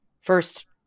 First